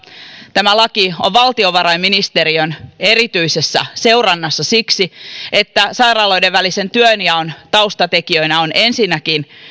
tämä laki on valtiovarainministeriön erityisessä seurannassa siksi että sairaaloiden välisen työnjaon taustatekijöinä ovat ensinnäkin